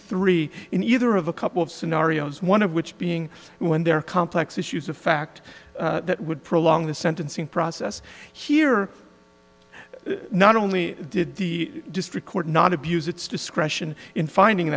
three in either of a couple of scenarios one of which being when there are complex issues of fact that would prolong the sentencing process here not only did the district court not abuse its discretion in finding